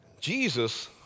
Jesus